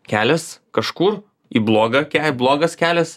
kelias kažkur į bloga ke blogas kelias